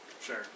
Sure